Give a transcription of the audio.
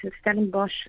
Stellenbosch